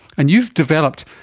and you've developed